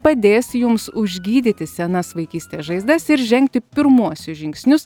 padės jums užgydyti senas vaikystės žaizdas ir žengti pirmuosius žingsnius